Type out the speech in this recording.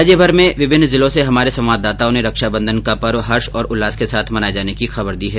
राज्य भर से विभिन्न जिलों में हमारे संवाददाताओं ने रक्षाबंधन का पर्व हर्ष और उल्लास के साथ मनाए जाने की खबर दी है